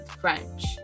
French